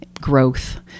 growth